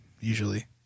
usually